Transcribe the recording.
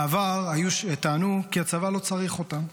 בעבר היו שטענו כי הצבא לא צריך אותם.